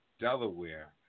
Delaware